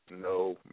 no